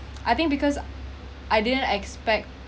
I think because I didn't expect